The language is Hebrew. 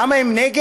למה הם נגד?